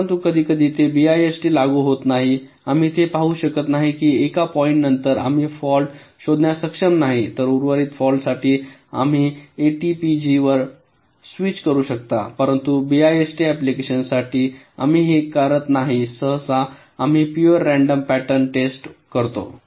परंतु कधीकधी ते बीआयएसटीवर लागू होत नाही आम्ही हे पाहू शकतो की एका पॉईंट नंतर आम्ही फॉल्ट शोधण्यास सक्षम नाही तर उर्वरित फॉल्टस साठी आपण एटीपीजी टूल वर स्विच करू शकता परंतु बीआयएसटी अँप्लिकेशनसाठी आम्ही हे करत नाही सहसा आम्ही प्युअर रँडम पॅटर्न टेस्ट करतो